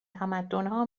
تمدنها